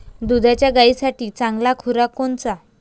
दुधाच्या गायीसाठी चांगला खुराक कोनचा?